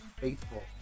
faithful